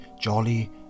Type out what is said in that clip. jolly